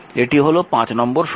এটি হল নম্বর সমীকরণ